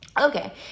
Okay